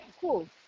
Cool